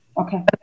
Okay